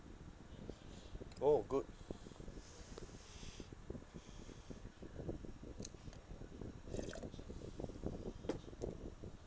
orh good